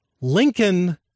Lincoln